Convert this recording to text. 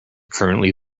currently